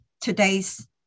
today's